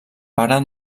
pare